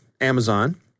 Amazon